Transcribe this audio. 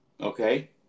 Okay